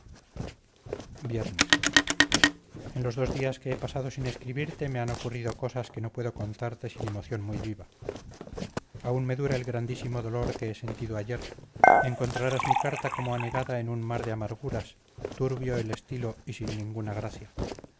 viernes en los dos días que he pasado sin escribirte me han ocurrido cosas que no puedo contarte sin emoción muy viva aún me dura el grandísimo dolor que he sentido ayer encontrarás mi carta como anegada en un mar de amarguras turbio el estilo y sin ninguna gracia